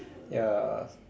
ya